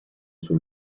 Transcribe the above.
suo